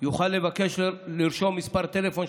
יוכל לבקש לרשום מספר טלפון,